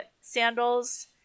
sandals